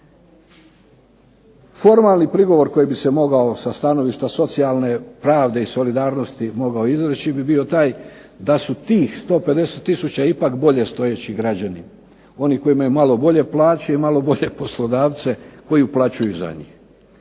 Formalni prigovor koji bi se mogao sa stanovišta socijalne pravde i solidarnost mogao izreći bi bio taj da su tih 150 tisuća ipak bolje stojeći građani. Oni koji imaju malo bolje plaće i malo bolje poslodavce koji uplaćuju za njih.